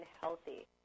healthy